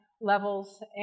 levels